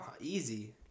Easy